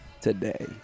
today